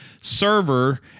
server